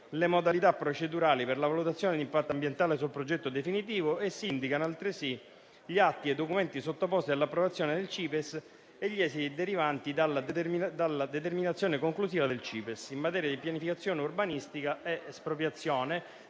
le modalità procedurali per la valutazione d'impatto ambientale sul progetto definitivo e si indicano, altresì, gli atti e i documenti sottoposti all'approvazione del CIPESS e gli esiti derivanti dalla determinazione conclusiva del CIPESS, in materia di pianificazione urbanistica ed espropriazione,